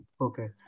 Okay